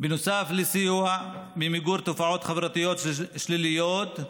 בנוסף לסיוע במיגור תופעות חברתיות שליליות,